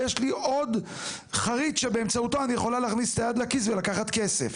יש לי עוד חריג שבאמצעותו אני יכולה להכניס את היד לכיס ולקחת כסף.